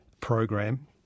program